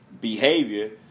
behavior